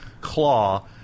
claw